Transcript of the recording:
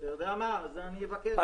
אני אבקש.